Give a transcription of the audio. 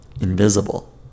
invisible